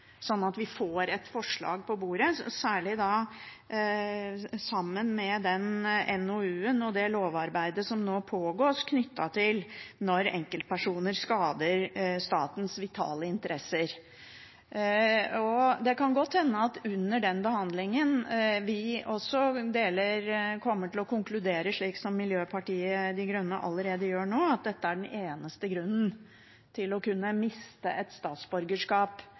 sånn at vi får et forslag på bordet, særlig sett sammen med den NOU-en og det lovarbeidet som nå pågår knyttet til når enkeltpersoner skader statens vitale interesser. Det kan godt hende at vi under behandlingen også kommer til å konkludere slik som Miljøpartiet De Grønne allerede gjør nå, at dette er den eneste grunnen til å kunne miste et statsborgerskap